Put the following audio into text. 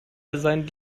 designen